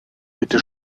bitte